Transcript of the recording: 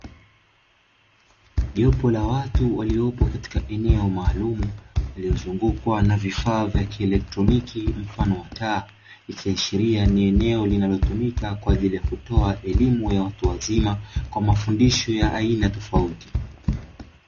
Jopo la watu waliopo katika eneo maalumu lililozungukwa na vifaa vya kielektroniki mfano wa taa, ikiashiria ni eneo linalotumika kwa ajili ya kutoa elimu ya watu wazima kwa mafundisho ya aina tofauti.